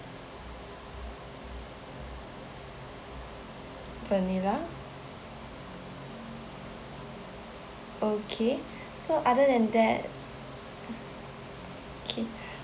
vanilla okay so other than that okay